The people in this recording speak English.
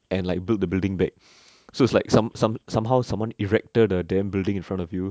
and like build the building back so it's like some some somehow someone erected a damn building in front of you